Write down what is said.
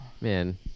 Man